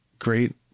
Great